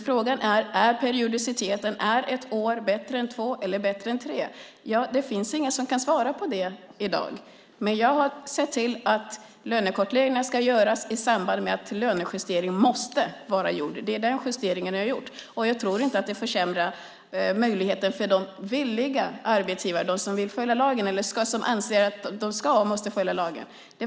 Frågan om ett år är bättre än två eller tre år är det ingen som kan svara på i dag. Men jag ser till att lönekartläggningar ska göras i samband med att lönejustering måste vara gjord. Det är där justeringen är gjord. Jag tror inte att det försämrar möjligheten för de arbetsgivare som anser att de måste följa lagen.